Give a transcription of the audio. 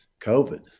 COVID